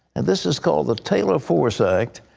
and this is called the taylor force act.